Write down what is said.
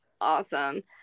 awesome